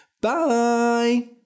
Bye